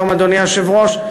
אדוני היושב-ראש.